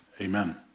Amen